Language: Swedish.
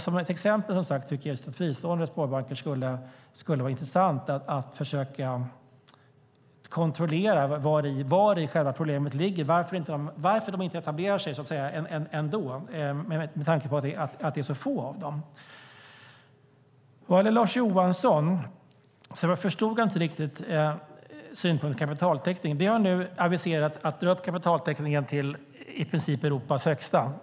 Som ett exempel skulle det vara intressant att kontrollera vari själva problemet ligger, varför fristående sparbanker inte etablerar sig med tanke på att de är så få. Jag förstod inte riktigt Lars Johanssons synpunkt om kapitaltäckning. Vi har nu aviserat att dra upp kapitaltäckningen till i princip Europas högsta.